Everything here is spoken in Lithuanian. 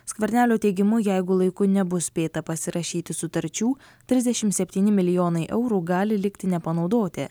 skvernelio teigimu jeigu laiku nebus spėta pasirašyti sutarčių trisdešimt septyni milijonai eurų gali likti nepanaudoti